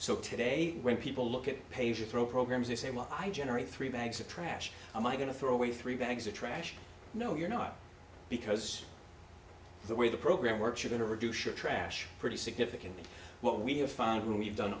so today when people look at pages throw programs they say well i generate three bags of trash i'm i going to throw away three bags of trash no you're not because the way the program works are going to reduce your trash pretty significantly what we have found when we've done